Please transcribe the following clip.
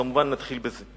וכמובן נתחיל בזה.